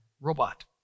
robot